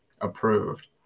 approved